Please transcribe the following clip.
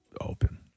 open